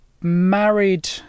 Married